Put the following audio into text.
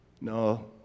No